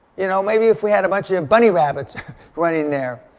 you know, maybe if we had a bunch of bunny rabbits running there.